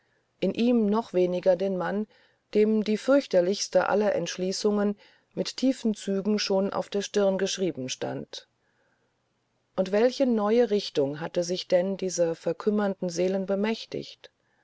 in ihm noch weniger den mann dem die fürchterlichste aller entschließungen mit tiefen zügen schon auf der stirn geschrieben stand und welche neue richtung hatte sich denn dieser verkümmernden seelen bemächtiget